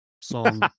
song